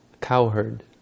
cowherd